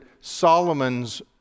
Solomon's